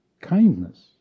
Kindness